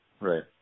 Right